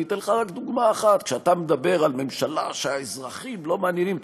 אני אתן לך רק דוגמה אחת: כשאתה מדבר על ממשלה שהאזרחים לא מעניינים,